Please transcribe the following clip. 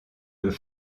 peut